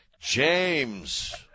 James